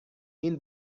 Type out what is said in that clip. این